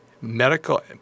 medical